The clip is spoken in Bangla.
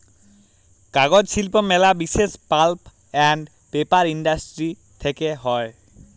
কাগজ শিল্প ম্যালা বিসেস পাল্প আন্ড পেপার ইন্ডাস্ট্রি থেক্যে হউ